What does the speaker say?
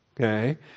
Okay